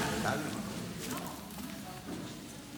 אדוני היושב-ראש,